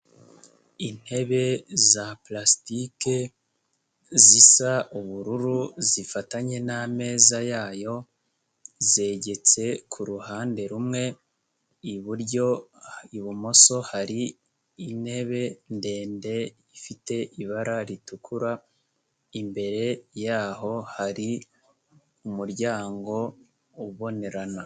Intebe za plastike zisa ubururu zifatanye nameza yayo zegetse kuruhande rumwe iburyo, ibumoso hari intebe ndende ifite ibara ritukura imbere yaho hari umuryango ubonerana.